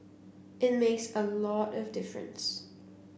it makes a lot of difference